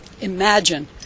Imagine